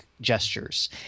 gestures